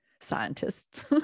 scientists